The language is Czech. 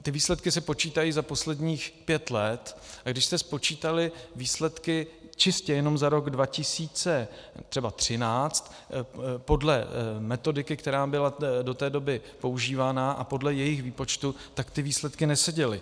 Ty výsledky se počítají za posledních pět let, a když se spočítaly výsledky čistě jenom za rok třeba 2013 podle metodiky, která byla do té doby používána a podle jejích výpočtů, tak ty výsledky neseděly.